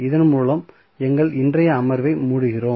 இதன் மூலம் எங்கள் இன்றைய அமர்வை முடிக்கிறோம்